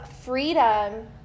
freedom